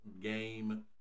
game